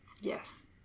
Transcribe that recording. Yes